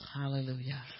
Hallelujah